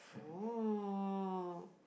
oh